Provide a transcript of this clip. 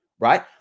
Right